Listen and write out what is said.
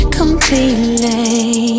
Completely